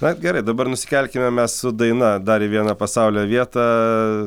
na gerai dabar nusikelkime mes su daina dar į vieną pasaulio vietą